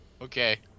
Okay